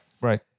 Right